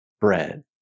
bread